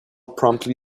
promptly